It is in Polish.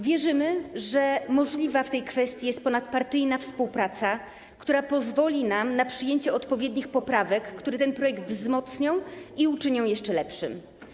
Wierzymy, że możliwa jest w tej kwestii ponadpartyjna współpraca, która pozwoli nam na przyjęcie odpowiednich poprawek, które ten projekt wzmocnią i uczynią jeszcze lepszym.